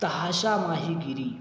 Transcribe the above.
تحاشا ماہی گیری